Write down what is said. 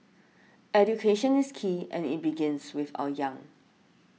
education is key and it begins with our young